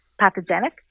pathogenic